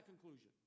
conclusion